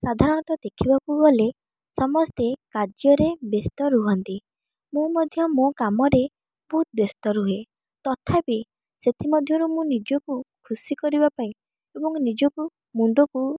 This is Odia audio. ସାଧାରଣତଃ ଦେଖିବାକୁ ଗଲେ ସମସ୍ତେ କାର୍ଯ୍ୟରେ ବ୍ୟସ୍ତ ରୁହନ୍ତି ମୁଁ ମଧ୍ୟ ମୋ କାମରେ ବହୁତ ବ୍ୟସ୍ତ ରୁହେ ତଥାପି ସେଥିମଧ୍ୟରୁ ମୁଁ ନିଜକୁ ଖୁସି କରିବା ପାଇଁ ଏବଂ ନିଜକୁ ମୁଣ୍ଡକୁ